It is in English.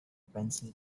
pencil